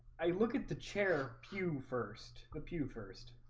i look at the chair pew first the pew first